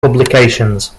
publications